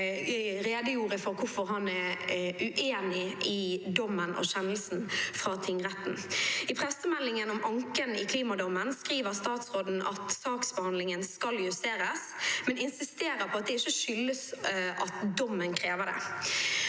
men redegjorde for hvorfor han er uenig i dommen og kjennelsen fra tingretten. I pressemeldingen om anken i klimadommen skriver statsråden at saksbehandlingen skal justeres, men insisterer på at det ikke skyldes at dommen krever det.